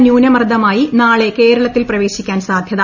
ന്യൂനമർദമായി നാളെ കേരളത്തിൽ പ്രവേശിക്കാൻ സാധൃത